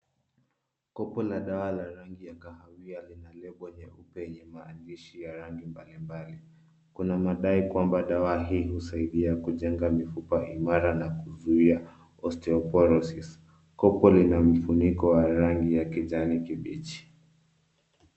Kopo la dawa la rangi ya kahawia lina lebo nyeupe yenye maandishi ya rangi mbalimbali. Kuna madai kwamba dawa hii husaida kujenga mifupa imara na kuzuia Osteoporosis.